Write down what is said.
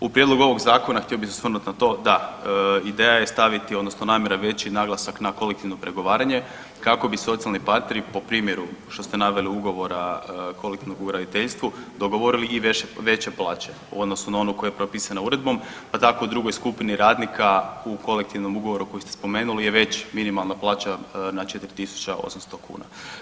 U prijedlogu ovog zakona htio bih se osvrnuti na to, da ideja je staviti odnosno namjera veći naglasak na kolektivno pregovaranje kako bi socijalni partneri po primjeri što ste naveli ugovora kolektivnog ugovora u graditeljstvu dogovorili i veće plaće u odnosu na onu koja je propisan uredbom, pa tako drugoj skupini radnika u kolektivnom ugovoru koji ste spomenuli je već minimalna plaća na 4.800 kuna.